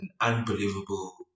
unbelievable